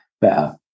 better